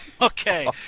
Okay